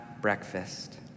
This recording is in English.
breakfast